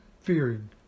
fearing